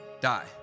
die